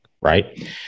right